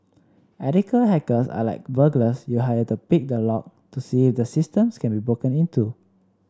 ethical hackers are like burglars you hire to pick the lock to see if the systems can be broken into